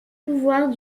pouvoirs